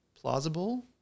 plausible